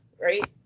right